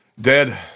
Dead